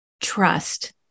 trust